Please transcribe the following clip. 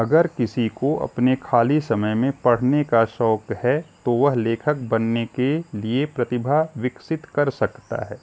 अगर किसी को अपने खाली समय में पढ़ने का शौक़ है तो वह लेखक बनने के लिए प्रतिभा विकसित कर सकता है